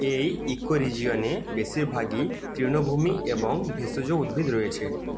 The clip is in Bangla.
এই ইকোরিজিয়নে বেশিরভাগই তৃণভূমি এবং ভেষজ উদ্ভিদ রয়েছে